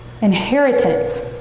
inheritance